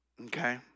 okay